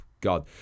god